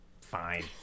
fine